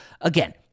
again